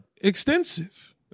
Extensive